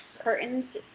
curtains